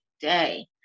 day